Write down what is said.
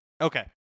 okay